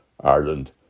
Ireland